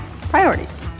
priorities